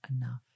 enough